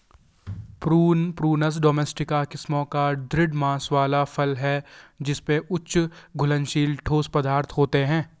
prune, Prunus domestica किस्मों का दृढ़ मांस वाला फल है जिसमें उच्च घुलनशील ठोस पदार्थ होते हैं